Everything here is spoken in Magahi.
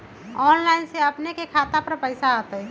ऑनलाइन से अपने के खाता पर पैसा आ तई?